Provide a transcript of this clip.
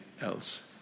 else